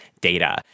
data